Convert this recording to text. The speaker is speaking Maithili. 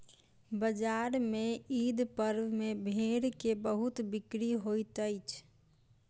बजार में ईद पर्व में भेड़ के बहुत बिक्री होइत अछि